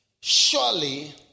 surely